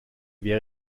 wäre